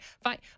fine